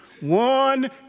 One